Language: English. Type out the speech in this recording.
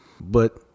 but-